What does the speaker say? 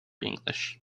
english